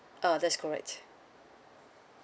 uh that's correct